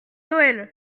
noël